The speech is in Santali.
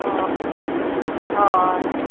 ᱦᱳᱭ ᱦᱳᱭ